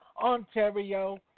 Ontario